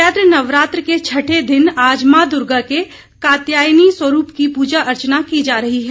चैत्र नवरात्र के छठे दिन आज मां दूर्गा के कात्यायनी स्वरूप की पूजा अर्चना की जा रही है